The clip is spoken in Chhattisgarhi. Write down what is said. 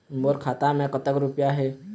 मोर खाता मैं कतक रुपया हे?